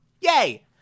yay